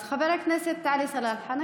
אז חבר הכנסת עלי סלאלחה,